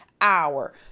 hour